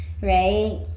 right